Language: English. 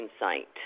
insight